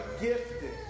gifted